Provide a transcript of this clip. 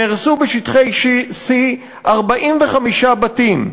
נהרסו בשטחי C 45 בתים.